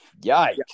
yikes